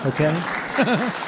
Okay